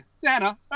Santa